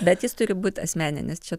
bet jis turi būt asmeninis čia